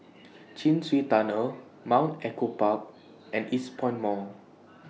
Chin Swee Tunnel Mount Echo Park and Eastpoint Mall